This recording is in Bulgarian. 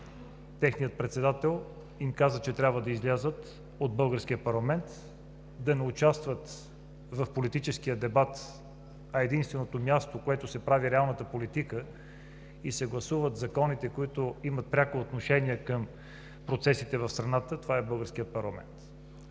техният председател им каза, че трябва да излязат от българския парламент, да не участват в политическия дебат, а единственото място, където се прави реалната политика и се гласуват законите, които имат пряко отношение към процесите в страната, е българският парламент.